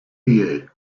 you